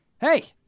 Hey